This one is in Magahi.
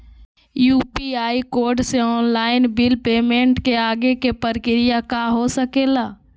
यू.पी.आई कोड से ऑनलाइन बिल पेमेंट के आगे के प्रक्रिया का हो सके ला?